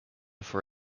for